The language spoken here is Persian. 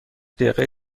دقیقه